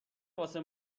واسه